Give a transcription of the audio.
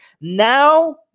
Now